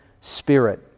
spirit